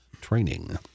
Training